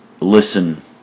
listen